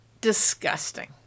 disgusting